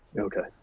okay,